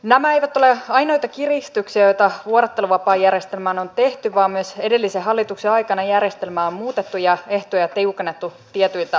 nämä eivät ole ainoita kiristyksiä joita vuorotteluvapaajärjestelmään on tehty vaan myös edellisen hallituksen aikana järjestelmää on muutettu ja ehtoja tiukennettu tietyiltä osin